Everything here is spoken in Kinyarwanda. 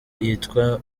yitwa